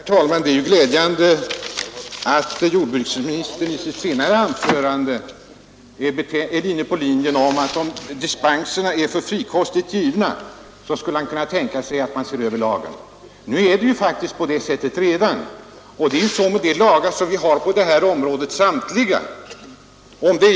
Herr talman! Det är glädjande att jordbruksministern i sitt senare anförande är inne på linjen att han, om dispenserna är för frikostigt givna, kunde tänka sig att se över lagen. Det är faktiskt redan på det sättet.